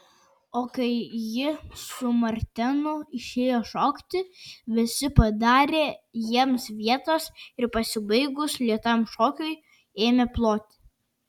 o kai ji su martenu išėjo šokti visi padarė jiems vietos ir pasibaigus lėtam šokiui ėmė ploti